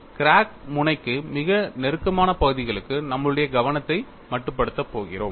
crack முனைக்கு மிக நெருக்கமான பகுதிகளுக்கு நம்மளுடைய கவனத்தை மட்டுப்படுத்தப் போகிறோம்